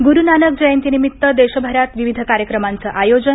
गुरू नानक जयंतीनिमित्त देशभरात विविध कार्यक्रमांचं आयोजन